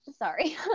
Sorry